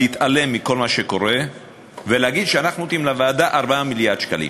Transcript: להתעלם מכל מה שקורה ולהגיד שאנחנו נותנים לוועדה 4 מיליארד שקלים.